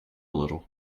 little